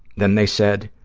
then they said,